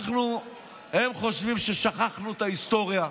הם חושבים ששכחנו את ההיסטוריה.